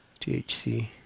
THC